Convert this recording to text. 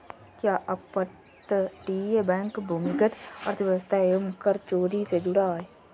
क्या अपतटीय बैंक भूमिगत अर्थव्यवस्था एवं कर चोरी से जुड़ा है?